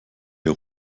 ihr